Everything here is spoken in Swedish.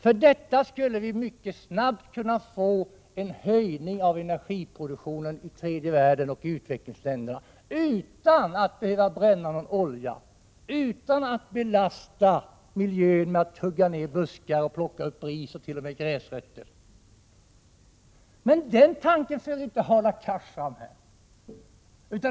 Därmed skulle vi mycket snabbt kunna få till stånd en höjning av energiproduktionen i tredje världen och utvecklingsländerna utan att behöva bränna någon olja, utan att belasta miljön med att hugga ned buskar, plocka upp ris och t.o.m. gräsrötter. Men den tanken för inte Hadar Cars fram.